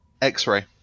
X-ray